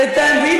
מי שמך?